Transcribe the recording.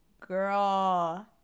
Girl